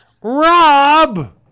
Rob